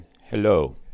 hello